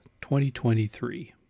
2023